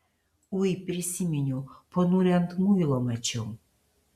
ui prisiminiau ponulį ant muilo mačiau